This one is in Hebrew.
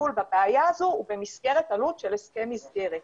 טיפול בבעיה הזו הוא במסגרת עלות של הסכם מסגרת.